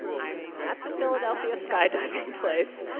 i'm at the philadelphia skydiving place,